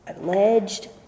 alleged